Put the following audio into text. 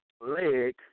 leg